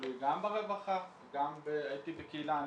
הטיפולי גם ברווחה, גם הייתי בקהילה.